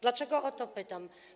Dlaczego o to pytam?